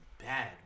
bad